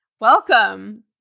Welcome